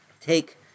take